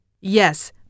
Yes